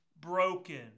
broken